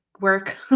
work